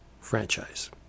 franchise